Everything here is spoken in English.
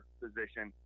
position